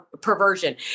perversion